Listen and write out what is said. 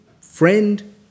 friend